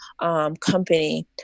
company